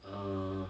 err